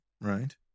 Right